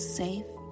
safe